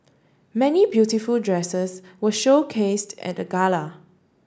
many beautiful dresses were showcased at the gala